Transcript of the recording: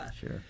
Sure